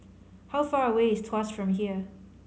how far away is Tuas from here